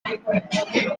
supporting